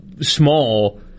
small